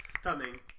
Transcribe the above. Stunning